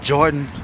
Jordan